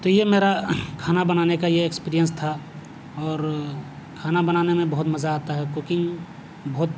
تو یہ میرا کھانا بنانے کا یہ ایکسپیرئنس تھا اور کھانا بنانے میں بہت مزہ آتا ہے کوکنگ بہت